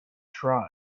trial